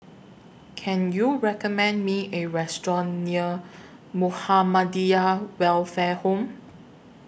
Can YOU recommend Me A Restaurant near Muhammadiyah Welfare Home